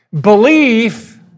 Belief